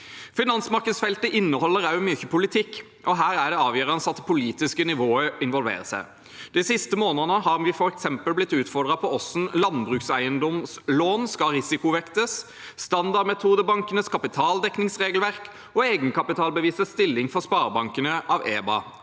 Finansmarkedsfeltet inneholder også mye politikk, og her er det avgjørende at det politiske nivået involverer seg. De siste månedene har vi f.eks. blitt utfordret på hvordan landbrukseiendomslån skal risikovektes, standardmetodebankenes kapitaldekningsregelverk og egenkapitalbevisets stilling for sparebankene av EBA,